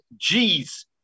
Gs